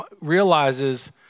realizes